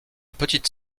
petite